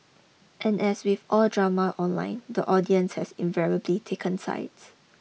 and as with all drama online the audience has invariably taken sides